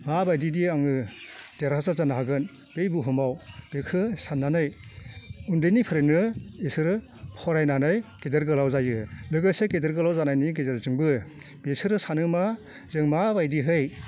माबादिदि आङो देरहासार जानो हागोन बे बुहुमाव बेखौ साननानै उन्दैनिफ्रायनो बिसोरो फरायनानै गिदिर गोलाव जायो लोगोसे गिदिर गोलाव जानायनि गेजेरजोंबो बिसोरो सानो मा जों माबायदिहाय